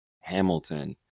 Hamilton